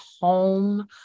home